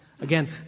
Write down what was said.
Again